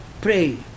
pray